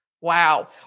Wow